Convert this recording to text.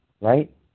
right